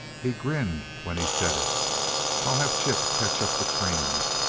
he grinned when he said it i'll have chip ketch up the creams,